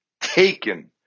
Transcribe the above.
taken